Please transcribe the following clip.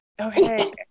okay